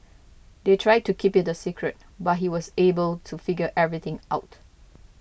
they tried to keep it a secret but he was able to figure everything out